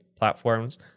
Platforms